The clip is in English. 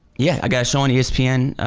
yeah, i got a show on espn